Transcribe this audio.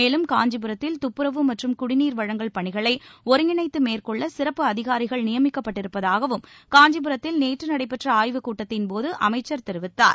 மேலும் காஞ்சிபுரத்தில் துப்புரவு மற்றும் குடிநீர் வழங்கல் பணிகளை ஒருங்கிணைந்து மேற்கொள்ள சிறப்பு அதிகாரிகள் நியமிக்கப்பட்டிருப்பதாகவும் காஞ்சிபுரத்தில் நேற்று நடைபெற்ற ஆய்வுக் கூட்டத்தின் போது அமைச்சர் தெரிவித்தார்